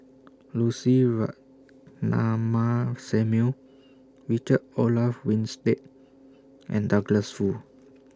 Lucy Ratnammah Samuel Richard Olaf Winstedt and Douglas Foo